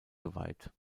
geweiht